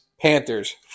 Panthers